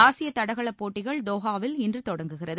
ஆசிய தடகளப் போட்டிகள் தோஹாவில் இன்று தொடங்குகிறது